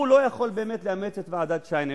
הוא לא יכול לאמץ את ועדת-שיינין.